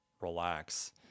relax